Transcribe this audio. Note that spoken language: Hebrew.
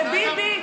וביבי?